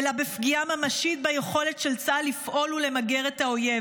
בפגיעה ממשית ביכולת של צה"ל לפעול ולמגר את האויב.